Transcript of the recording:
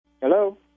hello